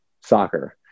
soccer